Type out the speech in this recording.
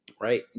right